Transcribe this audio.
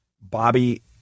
Bobby